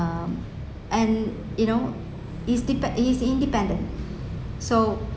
um and you know it's depend he's independent so